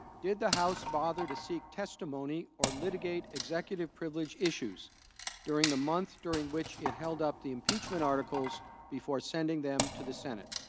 did the house father to seek testimony or litigate executive privilege issues during the months during which it held up the impeachment articles before sending them to the senate?